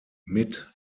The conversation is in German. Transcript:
mit